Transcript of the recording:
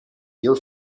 your